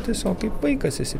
tiesiog kaip vaikas esi